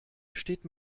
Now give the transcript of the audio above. steht